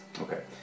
Okay